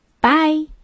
bye